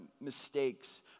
mistakes